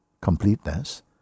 completeness